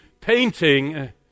painting